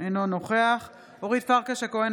אינו נוכח אורית פרקש הכהן,